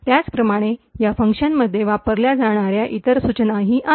त्याचप्रमाणे या फंक्शनमध्ये वापरल्या जाणार्या इतर सूचनाही आहेत